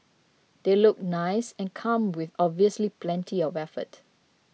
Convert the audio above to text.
they look nice and come with obviously plenty of effort